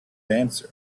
answer